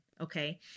Okay